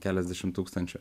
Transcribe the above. keliasdešimt tūkstančių